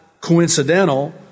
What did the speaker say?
coincidental